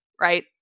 right